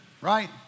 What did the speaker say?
right